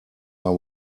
are